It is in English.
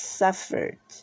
suffered